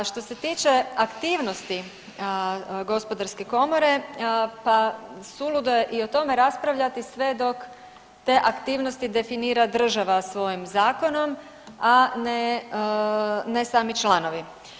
A što se tiče aktivnosti Gospodarske komore, pa suludo je i o tome raspravljati sve dok te aktivnosti definira država svojim zakonom, a ne sami članovi.